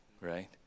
right